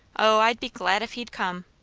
o, i'd be glad if he'd come!